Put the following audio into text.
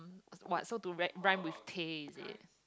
what so to ray~ rhyme with Tay is it